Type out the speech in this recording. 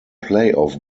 playoff